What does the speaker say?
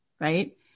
right